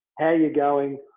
how are you going?